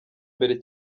mbere